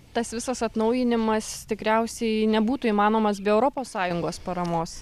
tas visas atnaujinimas tikriausiai nebūtų įmanomas be europos sąjungos paramos